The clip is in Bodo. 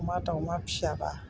अमा दावमा फियाबा